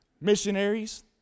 missionaries